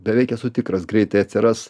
beveik esu tikras greitai atsiras